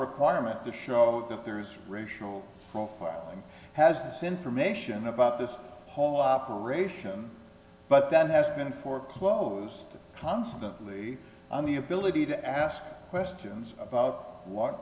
requirement to show that there is racial profiling has sin for mation about this whole operation but that has been foreclosed constantly on the ability to ask questions about w